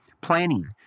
Planning